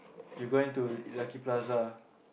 you going to Lucky-Plaza